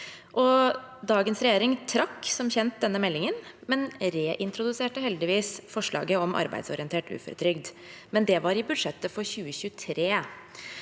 Dagens regjering trakk som kjent denne meldingen, men reintroduserte heldigvis forslaget om arbeidsorientert uføretrygd – men det var i budsjettet for 2023.